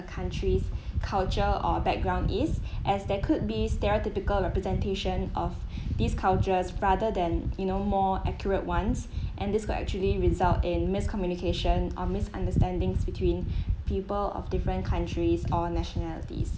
a country's culture or background is as there could be stereotypical representation of these cultures rather than you know more accurate ones and this could actually result in miscommunication or misunderstandings between people of different countries or nationalities